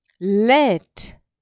let